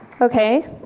Okay